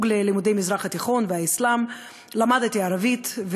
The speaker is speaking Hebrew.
ללימודי המזרח התיכון והאסלאם ולמדתי ערבית,